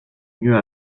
mieux